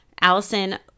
Allison